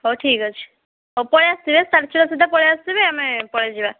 ହେଉ ଠିକ୍ ଅଛି ହେଉ ପଳେଇ ଆସିବେ ସାଢ଼େ ଛଅଟା ସୁଦ୍ଧା ପଳେଇ ଆସିବେ ଆମେ ପଳେଇ ଯିବା